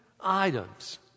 items